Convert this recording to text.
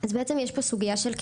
יש פה סוגיה של קריטריונים.